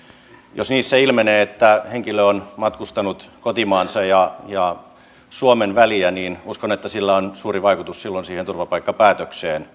jos niissä ilmenee että henkilö on matkustanut kotimaansa ja ja suomen väliä niin uskon että sillä on suuri vaikutus silloin siihen turvapaikkapäätökseen